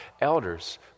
elders